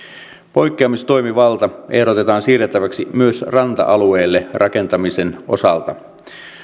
poikkeamistoimivalta ehdotetaan siirrettäväksi myös ranta alueelle rakentamisen osalta